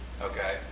Okay